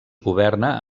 governa